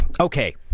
Okay